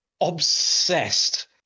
obsessed